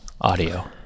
audio